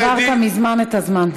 עברת מזמן את הזמן.